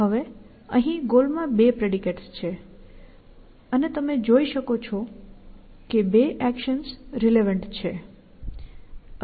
હવે અહીં ગોલ માં 2 પ્રેડિકેટ્સ છે અને તમે જોઈ શકો છો કે 2 એક્શન્સ રિલેવન્ટ છે